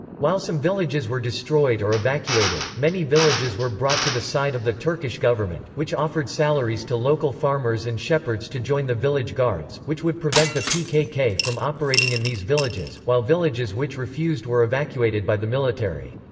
while some villages were destroyed or evacuated, many villages were brought to the side of the turkish government, which offered salaries to local farmers and shepherds to join the village guards, which would prevent the pkk from operating in these villages, villages, while villages which refused were evacuated by the military.